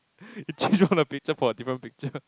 he changed all the picture for a different picture